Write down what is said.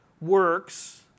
works